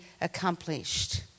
accomplished